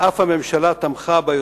שאף הממשלה תמכה בה,